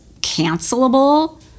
cancelable